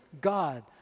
God